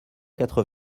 quatre